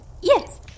Yes